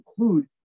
include